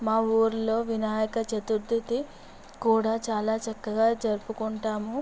మా ఊర్లో వినాయక చతుర్థి కూడా చాలా చక్కగా జరుపుకుంటాము